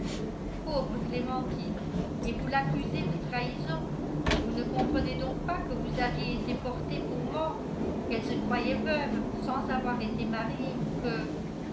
pauvre clémentine et vous l'accusez de trahison vous ne comprenez donc pas que vous aviez été porté pour mort qu'elle se croyait veuve sans avoir été mariée que